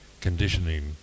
conditioning